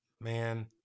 Man